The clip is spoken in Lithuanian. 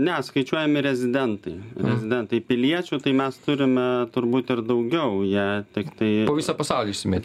ne skaičiuojami rezidentai rezidentai piliečių tai mes turime turbūt ir daugiau jie tiktai po visą pasaulį išsimėtę